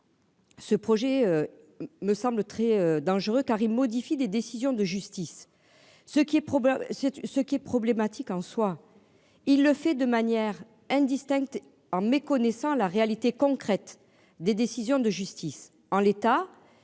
Ce projet. Me semble très dangereux car il modifie des décisions de justice ce qui est probable c'est ce qui est problématique en soi. Il le fait de manière indistincte en méconnaissant la réalité concrète des décisions de justice en l'état.